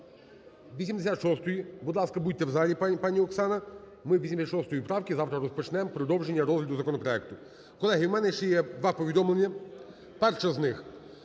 86-ї. Будь ласка, будьте в залі, пані Оксано. Ми з 86 правки завтра розпочнемо продовження розгляду законопроекту. Колеги, в мене ще є два повідомлення. Перше з них.